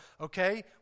Okay